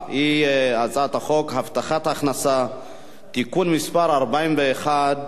הבאה היא הצעת חוק הבטחת הכנסה (תיקון מס' 41)